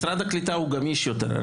משרד הקליטה גמיש יותר.